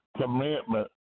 commitment